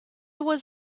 was